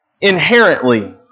inherently